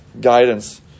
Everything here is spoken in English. guidance